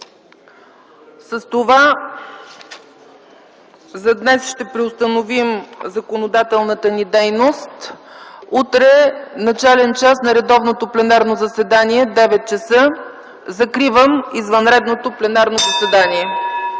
С това ще преустановим законодателната ни дейност за днес. Утре начален час на редовното пленарно заседание – 9,00 ч. Закривам извънредното пленарно заседание.